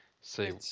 say